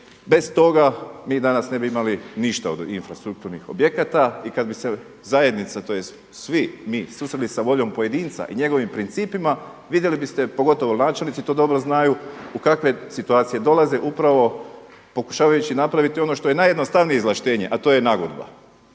bez toga mi danas ne bi imali ništa od infrastrukturnih objekata. I kada bi se zajednica tj. svi mi susreli sa voljom pojedinca i njegovim principima, vidjeli biste pogotovo načelnici to dobro znaju u kakve situacije dolaze upravo pokušavajući napraviti ono što je najjednostavnije izvlaštenje, a to je nagodba